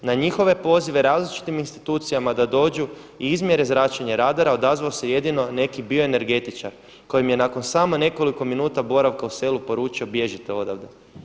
Na njihove pozive različitim institucijama da dođu i izmjere zračenje radara odazvao se jedino neki bioenergetičar koji im je nakon samo nekoliko minuta boravka u selu poručio bježite odavde.